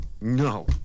No